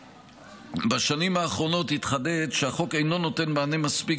בשנים האחרונות התחדד שהחוק אינו נותן מענה מספיק